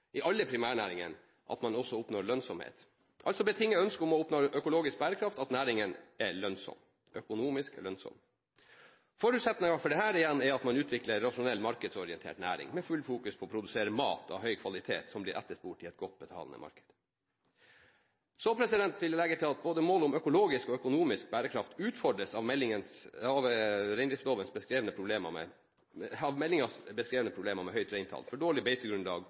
i alle primærnæringene er lønnsomhet. Altså betinger ønsket om å oppnå økologisk bærekraft at næringen er økonomisk lønnsom. Forutsetningen for dette er igjen at man utvikler en rasjonell, markedsorientert næring, med fullt fokus på å produsere mat av høy kvalitet, som blir etterspurt i et godt betalende marked. Så vil jeg legge til at målet både om økologisk og om økonomisk bærekraft utfordres av meldingens beskrevne problemer med høyt reintall, for dårlig beitegrunnlag,